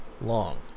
long